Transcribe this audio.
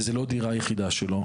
וזו לא הדירה היחידה שלו,